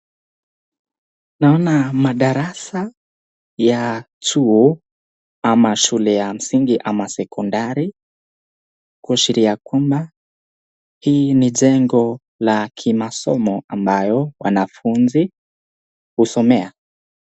Naona madarasa yachuo ama shule ya msingi ama sekondari kuushiria kwamba hi ni jengo ya kimasomo ambayo wanafunzi usomea.